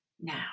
Now